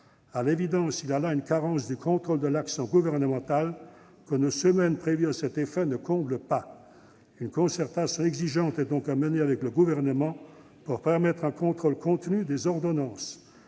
À l'évidence, il existe là une carence du contrôle de l'action gouvernementale, que nos semaines prévues à cet effet ne comblent pas. Une concertation exigeante est donc à mener avec le Gouvernement pour permettre un contrôle continu des ordonnances,